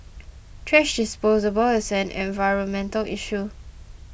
thrash disposal ball is an environmental issue